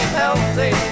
healthy